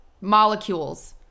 molecules